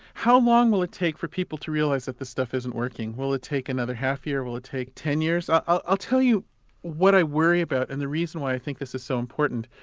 how long will it take for people to realise that this stuff isn't working? will it take another half-year? will it take ten years? i'll tell you what i worry about, and the reason why i think this is so important.